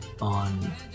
on